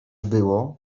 było